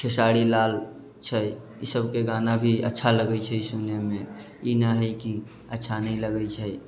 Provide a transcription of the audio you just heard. खेसारी लाल छै इसभके गाना भी अच्छा लगैत छै सुनयमे इ नहि हइ कि अच्छा नहि लगैत छै